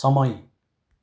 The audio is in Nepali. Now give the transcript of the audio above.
समय